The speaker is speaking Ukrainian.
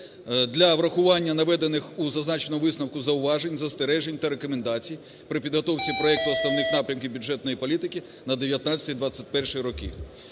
для врахування наведених у зазначеному висновку зауважень, застережень та рекомендацій при підготовці проекту основних напрямків бюджетної політики на 2019-2021 роки.